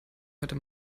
hörte